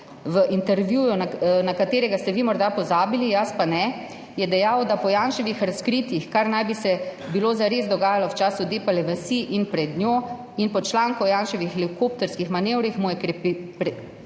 V intervjuju, na katerega ste vi morda pozabili, jaz pa ne, je dejal, da mu je po Janševih razkritjih, kaj naj bi se zares dogajalo v času Depale vasi in pred njo, in po članku o Janševih helikopterskih manevrih prekipelo